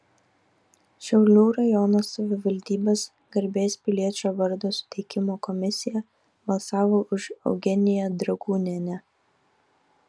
šiaulių rajono savivaldybės garbės piliečio vardo suteikimo komisija balsavo už eugeniją dragūnienę